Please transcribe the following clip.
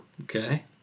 okay